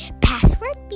password